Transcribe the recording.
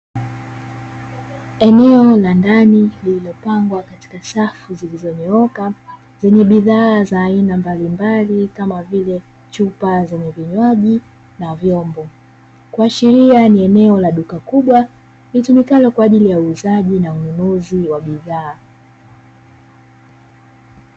Eneo la ndani lililopangwa katika safu zilizonyooka; zenye bidhaa za aina mbalimbali, kama vile chupa zenye vinywaji na vyombo; kuashiria ni eneo la duka kubwa litumikalo kwa ajili ya uuzaji na ununuzi wa bidhaa.